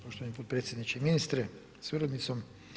Poštovani potpredsjedniče ministre sa suradnicom.